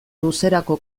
luzerako